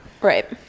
Right